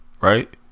right